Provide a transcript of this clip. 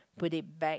put it back